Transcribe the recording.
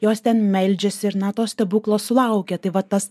jos ten meldžiasi ir na to stebuklo sulaukia tai va tas